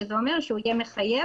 שזה אומר שהוא יהיה מחייב,